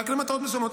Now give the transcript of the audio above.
רק למטרות מסוימות,